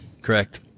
Correct